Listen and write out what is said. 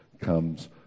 comes